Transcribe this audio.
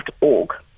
org